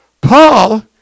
Paul